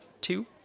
two